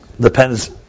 Depends